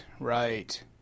Right